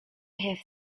have